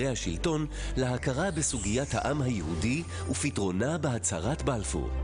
מבקר המדינה משנת 2012,